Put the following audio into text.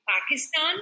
Pakistan